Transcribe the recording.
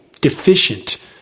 deficient